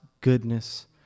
goodness